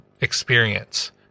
experience